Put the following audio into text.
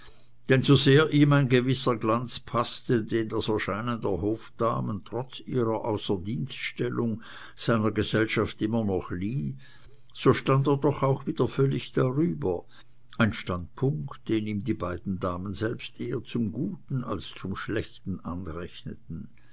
denn sosehr ihm ein gewisser glanz paßte den das erscheinen der hofdamen trotz ihrer außerdienststellung seiner gesellschaft immer noch lieh so stand er doch auch wieder völlig darüber ein standpunkt den ihm die beiden damen selbst eher zum guten als zum schlechten anrechneten